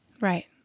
Right